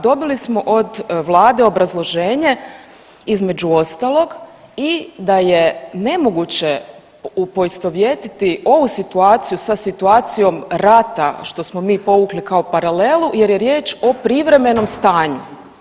Dobili smo od vlade obrazloženje između ostalog i da je nemoguće poistovjetiti ovu situaciju sa situacijom rata što smo mi povukli kao paralelu jer je riječ o privremenom stanju.